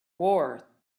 war